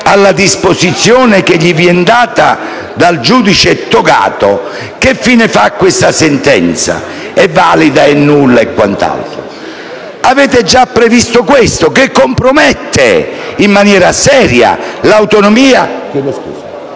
alla disposizione che gli viene impartita dal giudice togato, che fine fa la sentenza? È valida, nulla o altro? Avete già previsto questo, che compromette in maniera seria l'autonomia e